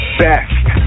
best